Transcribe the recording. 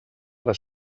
les